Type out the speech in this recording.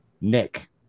Nick